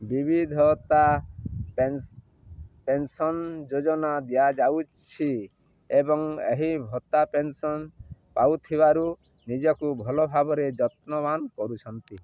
ବିବିଧତା ପେନ୍ସନ୍ ଯୋଜନା ଦିଆଯାଉଛି ଏବଂ ଏହି ଭତ୍ତା ପେନ୍ସନ୍ ପାଉଥିବାରୁ ନିଜକୁ ଭଲ ଭାବରେ ଯତ୍ନବାନ କରୁଛନ୍ତି